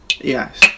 yes